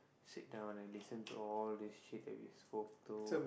sit down and listen to all this shit that we spoke to